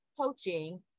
coaching